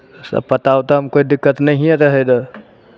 सभ पता उतामे कोइ दिक्कत नहिए रहय रहए